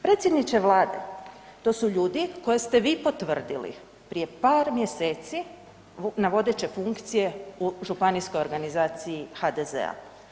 Predsjedniče vlade, to su ljudi koje ste vi potvrdili prije par mjeseci na vodeće funkcije u županijskoj organizaciji HDZ-a.